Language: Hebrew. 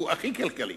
הוא הכי כלכלי,